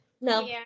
No